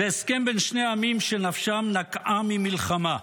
"זה הסכם בין שני עמים, שנפשם נקעה ממלחמה.